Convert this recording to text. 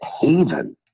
haven